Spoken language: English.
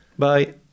Bye